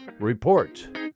Report